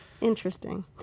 Interesting